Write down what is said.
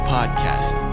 Podcast